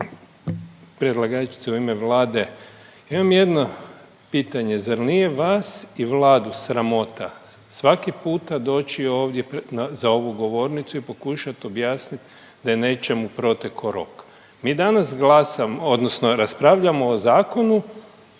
predlagačice u ime Vlade. Imam jedno pitanje zar nije vas i Vladu sramota svaki puta doći ovdje za ovu govornicu i pokušat objasnit da je nečemu protekao rok. Mi danas glasamo, odnosno raspravljamo o Zakonu